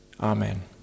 Amen